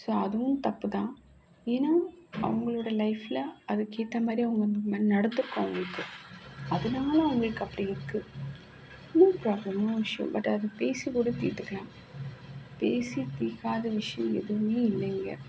so அதுவும் தப்புதான் ஏன்னால் அவங்களோட லைஃப்பில் அதுக்கேற்ற மாதிரி அவங்களுக்கு இந்தமாதிரி நடந்திருக்கும் அவங்களுக்கு அதனால அவங்களுக்கு அப்படி இருக்குது no problem no issue but அதை பேசிக்கூட தீர்த்துக்கலாம் பேசி தீர்க்காத விஷயம் எதுவுமே இல்லை இங்கே